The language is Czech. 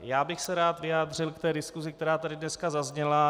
Já bych se rád vyjádřil k té diskusi, která tady dneska zazněla.